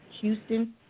Houston